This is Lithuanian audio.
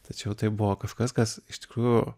tačiau tai buvo kažkas kas iš tikrųjų